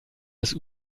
des